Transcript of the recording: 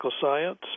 science